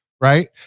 right